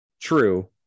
true